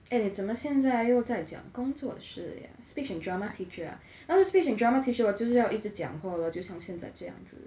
eh 怎么现在又在讲工作的事 ah speech and drama teach ah speech and drama teacher 就是要一直讲话 lor 就像现在这样子